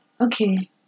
Okay